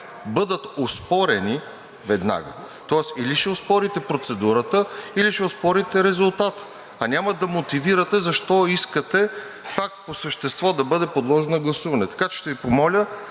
бъдат оспорени веднага.“ Тоест или ще оспорите процедурата, или ще оспорите резултата, а няма да мотивирате защо искате пак по същество да бъде подложено на гласуване. Така че ще Ви помоля